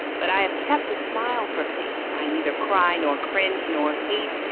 but i have kept a smile for fate. i neither cry, nor cringe, nor hate.